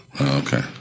Okay